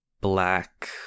black